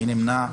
מי נמנע?